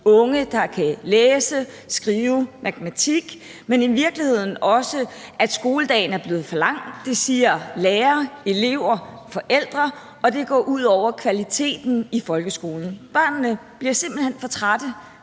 unge, der kan læse og skrive, og i forhold til matematik, men i virkeligheden også udfordringer med, at skoledagen er blevet for lang. Det siger lærere, elever og forældre, og det går ud over kvaliteten i folkeskolen. Børnene bliver simpelt hen for trætte